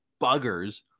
buggers